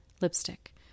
lipstick